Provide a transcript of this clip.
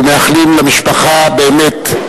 ומאחלים למשפחה באמת,